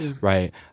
right